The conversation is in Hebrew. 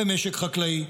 במשק חקלאי?